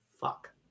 fuck